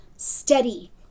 steady